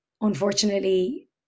unfortunately